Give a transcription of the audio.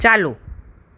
ચાલુ